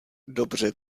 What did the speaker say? dobře